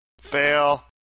fail